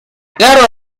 claro